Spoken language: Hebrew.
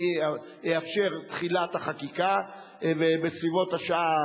אני אאפשר תחילה את החקיקה, ובסביבות השעה